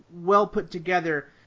well-put-together